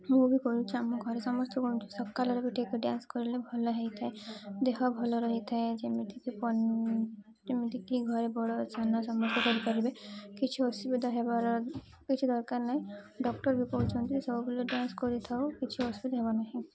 ମୁଁ ବି କରୁଛି ଆମ ଘରେ ସମସ୍ତେ କରୁଛି ସକାଳରେ ବି ଟିକେ ଡ୍ୟାନ୍ସ କଲେ ଭଲ ହେଇଥାଏ ଦେହ ଭଲ ରହିଥାଏ ଯେମିତିକି ଯେମିତିକି ଘରେ ବଡ଼ ସାନ ସମସ୍ତେ କରିପାରିବେ କିଛି ଅସୁବିଧା ହେବାର କିଛି ଦରକାର ନାହିଁ ଡକ୍ଟର୍ ବି କହୁଛନ୍ତି ସବୁବେଳେ ଡ୍ୟାନ୍ସ କରିଥାଉ କିଛି ଅସୁବିଧା ହେବ ନାହିଁ